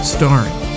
Starring